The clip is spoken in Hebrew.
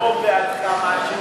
הרוב בעדך,